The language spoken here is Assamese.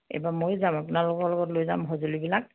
এইবাৰ ময়ো যাম আপোনালোকৰ লগত লৈ যাম সঁজুলিবিলাক